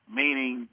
meaning